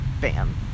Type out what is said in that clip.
Bam